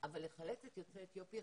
אבל לחלץ את יוצאי אתיופיה